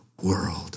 world